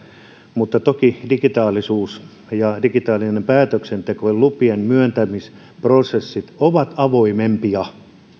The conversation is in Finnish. mutta toki digitaalisuus digitaalinen päätöksenteko ja lupien myöntämisprosessit ovat avoimempia